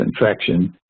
infection